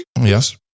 Yes